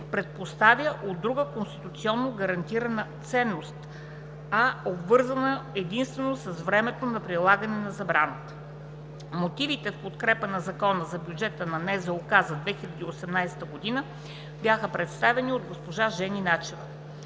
предпоставя от друга конституционно гарантирана ценност, а е обвързано единствено от времето за прилагане на забраната. (Шум и реплики.) Мотивите в подкрепа на Закона за бюджета на НЗОК за 2018 г. бяха представени от госпожа Жени Начева.